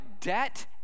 debt